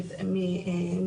אני